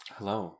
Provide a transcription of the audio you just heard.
Hello